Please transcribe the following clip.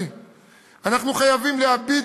אנחנו חייבים להאמין אחד בשני.